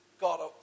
God